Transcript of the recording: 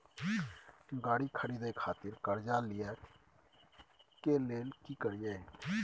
गाड़ी खरीदे खातिर कर्जा लिए के लेल की करिए?